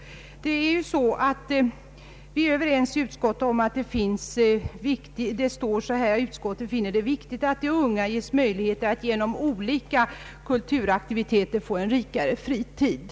Vi är överens om den del av utskottets skrivning där det står: ”Utskottet finner det viktigt att de unga ges möjligheter att genom olika kulturaktiviteter få en rikare fritid.